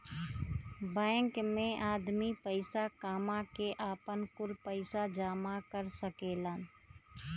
bank मे आदमी पईसा कामा के, आपन, कुल पईसा जामा कर सकेलन